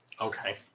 Okay